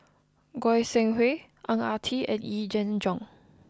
Goi Seng Hui Ang Ah Tee and Yee Jenn Jong